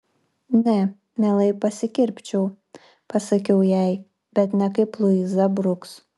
ne mielai pasikirpčiau pasakiau jai bet ne kaip luiza bruks